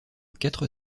quatre